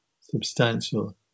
substantial